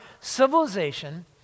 civilization